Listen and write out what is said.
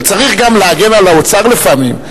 אבל צריך גם להגן על האוצר לפעמים.